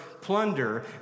plunder